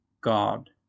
god